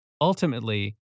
ultimately